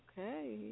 Okay